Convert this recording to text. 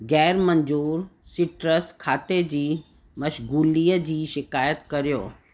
ग़ैरु मंज़ूरु सिट्रस खाते जी मशगूलीअ जी शिकायत करियो